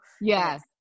Yes